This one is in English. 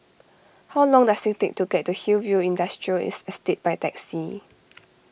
how long does it take to get to Hillview Industrial its Estate by taxi